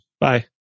Bye